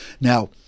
Now